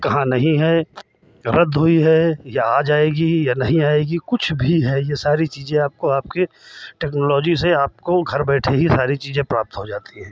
कहाँ नहीं है रद्द हुई है या आ जाएगी या नहीं आएगी कुछ भी है ये सारी चीज़ें आपको आपके टेक्नोलॉजी से आपको घर बैठे ही सारी चीज़ें प्राप्त हो जाती हैं